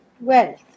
wealth